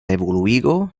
evoluigo